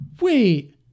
wait